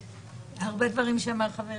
הרבה דברים שאמר חברי,